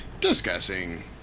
discussing